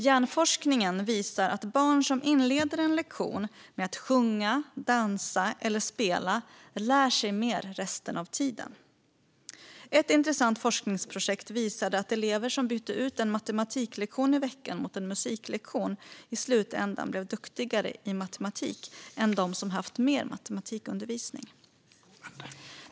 Hjärnforskningen visar att barn som inleder en lektion med att sjunga, dansa eller spela lär sig mer resten av tiden. Ett intressant forskningsprojekt visade att elever som bytte ut en matematiklektion i veckan mot en musiklektion i slutändan blev duktigare i matematik än de som haft mer matematikundervisning.